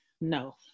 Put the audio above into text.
No